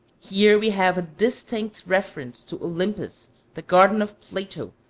here we have a distinct reference to olympus, the garden of plato,